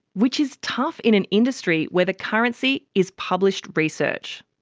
which is tough in an industry where the currency is published research.